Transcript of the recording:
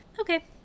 Okay